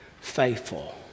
faithful